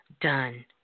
done